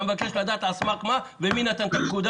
אני מבקש לדעת על סמך מה ומי נתן את הפקודה